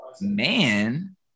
man